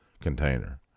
container